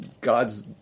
God's